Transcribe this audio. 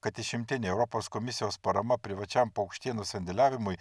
kad išimtinė europos komisijos parama privačiam paukštienos sandėliavimui